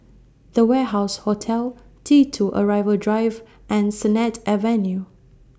The Warehouse Hotel T two Arrival Drive and Sennett Avenue